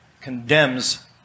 condemns